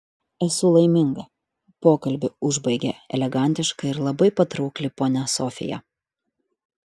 esu laiminga pokalbį užbaigė elegantiška ir labai patraukli ponia sofija